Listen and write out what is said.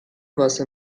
واسه